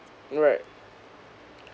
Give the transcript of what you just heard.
right